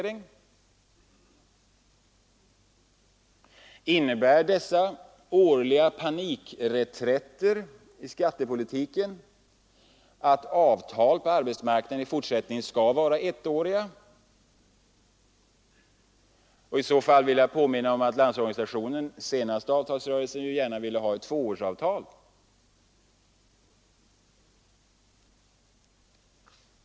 Innebär dessa årliga panikreträtter i skattepolitiken att avtal på arbetsmarknaden i fortsättningen skall vara ettåriga? I så fall vill jag påminna om att Landsorganisa tionen i den senaste avtalsrörelsen framhöll att den gärna vill ha tvåårsavtal.